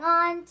on